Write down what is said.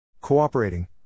Cooperating